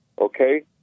Okay